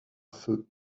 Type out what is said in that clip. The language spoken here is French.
feu